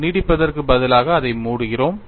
நீட்டிப்பதற்கு பதிலாக அதை மூடுகிறோம்